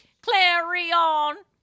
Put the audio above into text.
Clarion